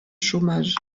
chômage